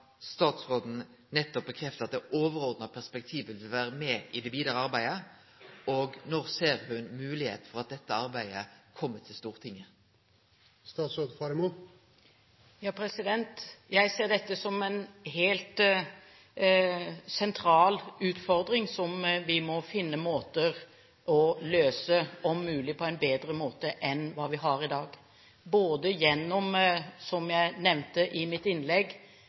overordna perspektivet vil vere med i det vidare arbeidet? Og: Når ser ho moglegheit for at dette arbeidet kjem til Stortinget? Jeg ser dette som en helt sentral ufordring som vi må finne måter å løse, om mulig, på en bedre måte enn vi gjør i dag – både gjennom, som jeg nevnte i mitt innlegg,